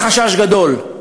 היה חשש גדול,